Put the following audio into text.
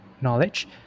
knowledge